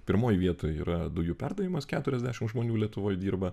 pirmoj vietoj yra dujų perdavimas keturiasdešimt žmonių lietuvoje dirba